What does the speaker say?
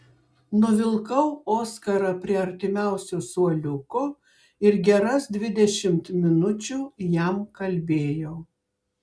nuvilkau oskarą prie artimiausio suoliuko ir geras dvidešimt minučių jam kalbėjau